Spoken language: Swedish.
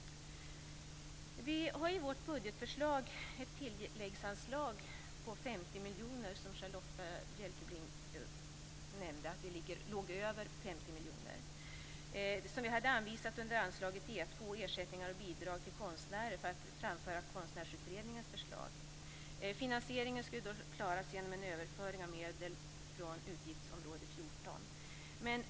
Vi hade i vårt budgetförslag ett tilläggsanslag på 50 miljoner - Charlotta Bjälkebring nämnde att vi ligger över med 50 miljoner - som vi hade anvisat under anslaget E 2 Ersättningar och bidrag till konstnärer. Vi framförde Konstnärsutredningens förslag. Finansieringen skulle klaras genom en överföring av medel från utgiftsområde 14.